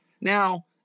Now